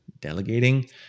delegating